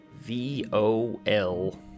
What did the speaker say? V-O-L